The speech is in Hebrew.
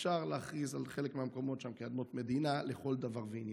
אפשר להכריז על חלק מהמקומות שם כאדמות מדינה לכל דבר ועניין,